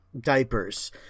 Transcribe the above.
Diapers